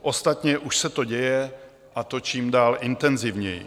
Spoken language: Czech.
Ostatně už se to děje, a to čím dál intenzivněji.